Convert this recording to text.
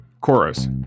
chorus